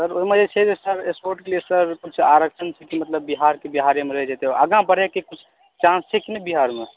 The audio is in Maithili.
सर ओहिमे जे छै सर स्पोर्ट के लिए सर कुछ आरक्षण मतलब बिहारकेँ बिहारमे रहि जाइ छै आगाँ बढ़ैके किछु चान्स छै कि नहि बिहारमे